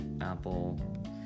Apple